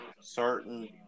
certain